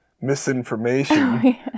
misinformation